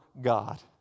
God